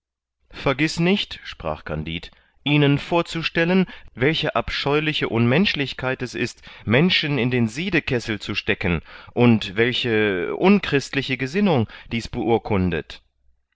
vergiß nicht sprach kandid ihnen vorzustellen welche abscheuliche unmenschlichkeit es ist menschen in den siedekessel zu stecken und welche unchristliche gesinnung dies beurkundet